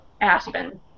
aspen